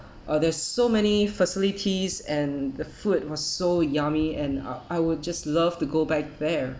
uh there's so many facilities and the food was so yummy and I I would just love to go back there